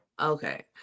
Okay